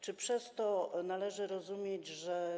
Czy przez to należy rozumieć, że.